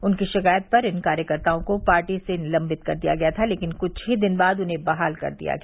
उनकी शिकायत पर इन कार्यकर्ताओं को पार्टी से निलंबित कर दिया गया था लेकिन कुछ ही दिन बाद उन्हें बहाल कर दिया गया